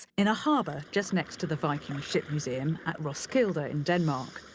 in a harbor just next to the viking ship museum at roskilde ah in denmark.